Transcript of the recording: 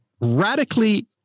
radically